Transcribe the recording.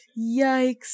Yikes